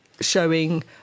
showing